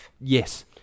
Yes